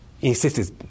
insisted